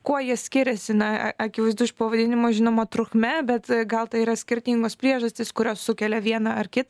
kuo jie skiriasi na a akivaizdu iš pavadinimo žinoma trukme bet gal tai yra skirtingos priežastys kurios sukelia vieną ar kitą